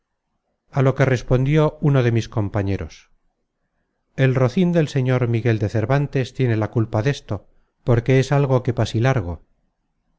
a lo que respondió uno de mis compañeros el rocin del señor miguel de cervantes tiene la culpa desto porque es algo qué